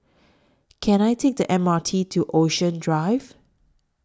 Can I Take The M R T to Ocean Drive